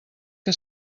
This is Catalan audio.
que